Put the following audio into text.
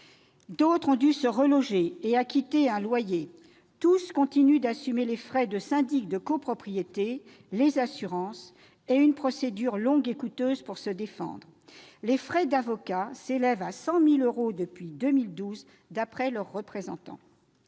d'autres ont dû se reloger et acquittent un loyer ; tous continuent d'assumer les frais de syndic de copropriété, les assurances et le coût d'une procédure longue et coûteuse pour se défendre. Les frais d'avocats s'élèvent à 100 000 euros depuis 2012, d'après leurs représentants.